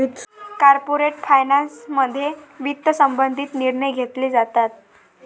corporate फायनान्समध्ये वित्त संबंधित निर्णय घेतले जातात